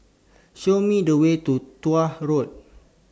Show Me The Way to Tuah Road